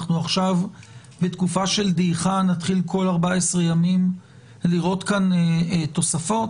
אנחנו עכשיו בתקופה של דעיכה נתחיל כל 14 ימים לראות כאן תוספות?